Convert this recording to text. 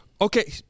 Okay